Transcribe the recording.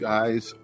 Guys